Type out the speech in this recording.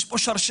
יש שם שרשרת,